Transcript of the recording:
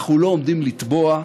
אנחנו לא עומדים לטבוע,